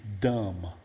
dumb